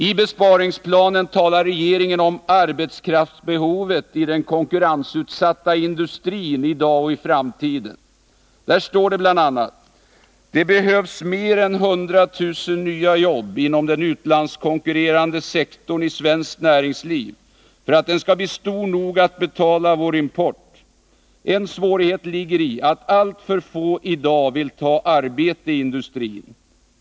I besparingsplanen talar regeringen om arbetskraftsbehovet i den konkurrensutsatta industrin i dag och i framtiden. Där står det bl.a.: ”Det behövs mer än 100 000 nya jobb inom den utlandskonkurrerande 149 sektorn i svenskt näringsliv för att den skall bli stor nog att betala vår import. En svårighet ligger i att alltför få idag vill ta arbete i industrin.